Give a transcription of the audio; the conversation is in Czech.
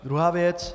Druhá věc.